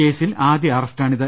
കേസിൽ ആദ്യ അറസ്റ്റാണിത്